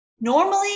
normally